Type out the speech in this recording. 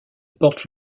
porte